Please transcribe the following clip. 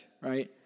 right